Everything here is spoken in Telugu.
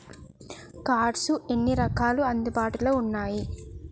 కార్డ్స్ ఎన్ని రకాలు అందుబాటులో ఉన్నయి?